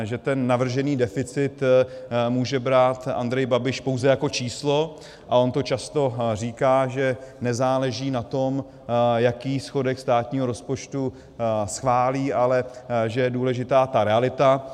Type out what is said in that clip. Že ten navržený deficit může brát Andrej Babiš pouze jako číslo, a on to často říká, že nezáleží na tom, jaký schodek státního rozpočtu schválí, ale že je důležitá ta realita.